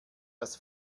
das